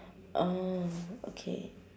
oh okay